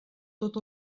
tot